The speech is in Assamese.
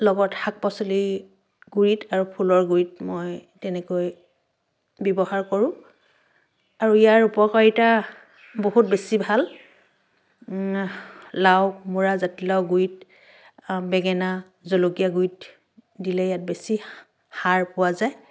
লগত শাক পাচলি গুৰিত আৰু ফুলৰ গুৰিত মই তেনেকৈ ব্যৱহাৰ কৰোঁ আৰু ইয়াৰ উপকাৰীতা বহুত বেছি ভাল লাও কোমোৰা জাতিলাও গুৰিত বেঙেনা জলকীয়া গুৰিত দিলে ইয়াত বেছি সা সাৰ পোৱা যায়